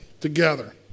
together